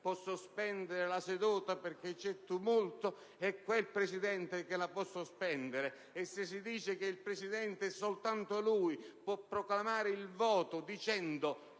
può sospendere la seduta perché c'è tumulto in Aula, è quel Presidente che la può sospendere; se si afferma che il Presidente, e soltanto lui, può proclamare il voto dicendo